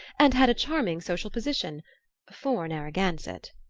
and had a charming social position for narragansett.